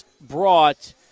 brought